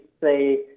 say